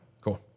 cool